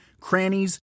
crannies